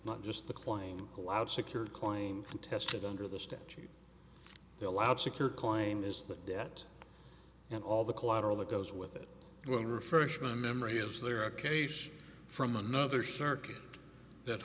not just the claim allowed secured claim contested under the statute they allowed secure claim is that debt and all the collateral that goes with it when refreshment memory is there a cage from another circuit that